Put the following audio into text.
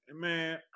man